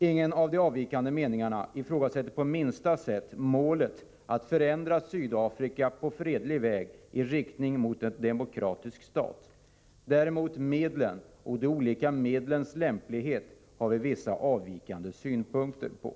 Ingen av de avvikande meningarna ifrågasätter på minsta sätt målet att förändra Sydafrika på fredlig väg i riktning mot en demokratisk stat. Däremot medlen och de olika medlens lämplighet har vi vissa avvikande synpunkter på.